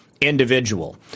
individual